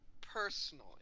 personally